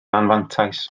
anfantais